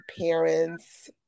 parents